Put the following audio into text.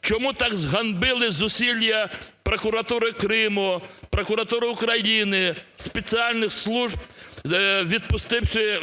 Чому так зганьбили зусилля прокуратури Криму, прокуратури України, спеціальних служб, відпустивши…